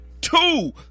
Two